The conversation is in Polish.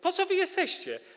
Po co wy jesteście?